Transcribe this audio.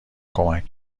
کمک